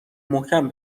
محکم